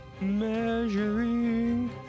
Measuring